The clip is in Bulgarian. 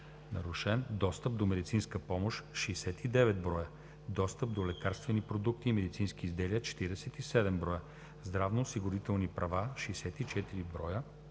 нарушен достъп до медицинска помощ – 69 броя, достъп до лекарствени продукти и медицински изделия – 47 броя, здравноосигурителни права – 64 броя